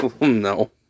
No